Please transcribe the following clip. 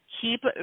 Keep